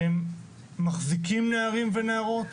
והם מחזיקים נערים ונערות,